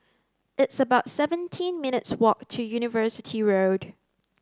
it's about seventeen minutes' walk to University Road